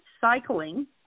cycling